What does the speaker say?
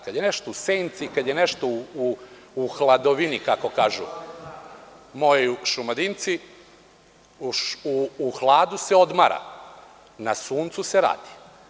Kada je nešto u senci, kada je nešto u hladovini, kako kažu moji Šumadinci, u hladu se odmara, na suncu se radi.